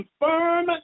confirm